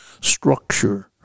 structure